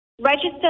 register